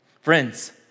Friends